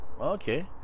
Okay